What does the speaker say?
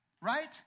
right